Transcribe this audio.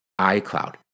iCloud